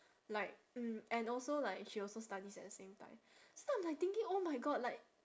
like mm and also like she also studies at the same time so I'm like thinking oh my god like